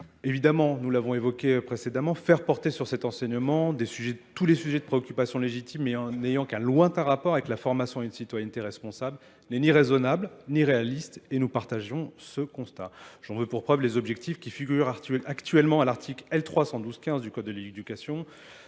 Évidemment, nous l'avons évoqué précédemment, faire porter sur cet enseignement tous les sujets de préoccupation légitimes n'ayant qu'un lointain rapport avec la formation d'une citoyenneté responsable n'est ni raisonnable ni réaliste et nous partageons ce constat. J'en veux pour preuve les objectifs qui figurent actuellement à l'article L315 du Code de l'éducation,